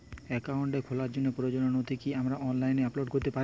Account খোলার জন্য প্রয়োজনীয় নথি কি আমি অনলাইনে আপলোড করতে পারি?